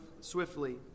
swiftly